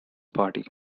party